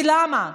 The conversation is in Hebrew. למה?